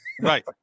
Right